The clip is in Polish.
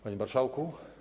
Panie Marszałku!